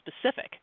specific